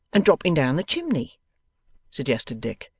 and dropping down the chimney suggested dick.